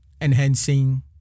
enhancing